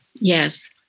Yes